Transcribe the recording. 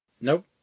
Nope